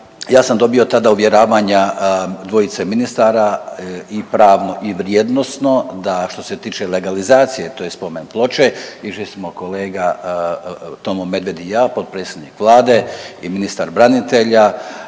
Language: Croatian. Ja sam dobio tada uvjeravanja dvojice ministara i pravno i vrijednosno, da što se tiče legalizacije te spomen ploče išli smo kolega Tomo Medved i ja, potpredsjednik Vlade i ministar branitelja,